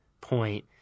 point